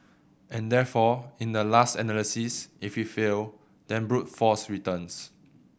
and therefore in the last analysis if we fail then brute force returns